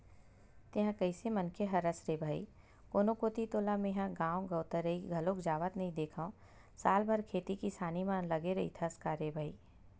तेंहा कइसे मनखे हरस रे भई कोनो कोती तोला मेंहा गांव गवतरई घलोक जावत नइ देंखव साल भर खेती किसानी म लगे रहिथस का रे भई?